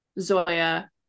Zoya